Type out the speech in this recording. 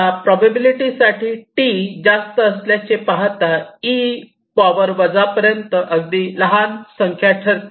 या प्रोबॅबिलिटी साठी टी जास्त असल्याचे पाहता ई पॉवर वजा पर्यंत अगदी लहान संख्या ठरते